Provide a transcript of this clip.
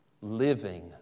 living